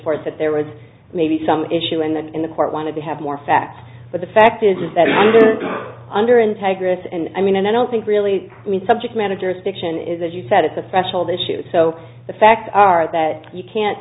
bridgeport's that there was maybe some issue and then in the court wanted to have more facts but the fact is that under integris and i mean and i don't think really i mean subject managers fiction is as you said it's a threshold issue so the fact that you can't